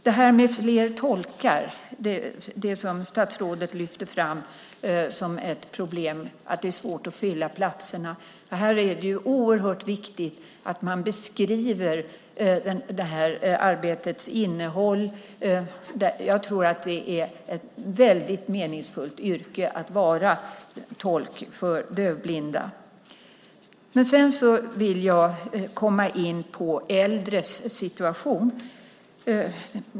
Statsrådet lyfte fram frågan om fler tolkar som ett problem. Det är svårt att fylla platserna. Det är oerhört viktigt att man beskriver arbetets innehåll. Det är ett väldigt meningsfullt yrke att vara tolk för dövblinda. Jag vill komma in på äldres situation.